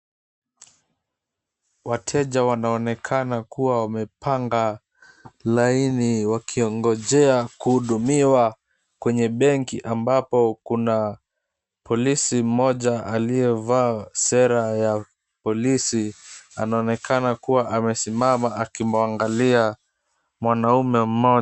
Wateja wanaonekana kuwa wamepanga laini wakingojea kuhudumiwa kwenye benki ambapo kuna polisi mmoja aliyevaa sera ya poilisi, anaonekana kuwa anesimama akimwangalia mwanamume mmoja.